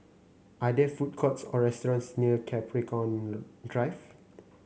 are there food courts or restaurants near Capricorn Drive